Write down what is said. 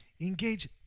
Engage